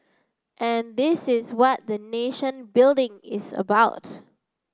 and this is what the nation building is about